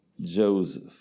Joseph